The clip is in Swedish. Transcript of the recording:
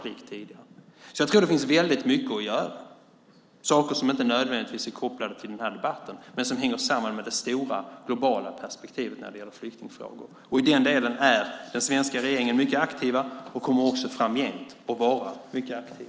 Jag tror därför att det finns väldigt mycket att göra, saker som inte nödvändigtvis är kopplade till denna debatt men som hänger samman med det stora och globala perspektivet när det gäller flyktingfrågor. I den delen är den svenska regeringen mycket aktiv och kommer också framgent att vara mycket aktiv.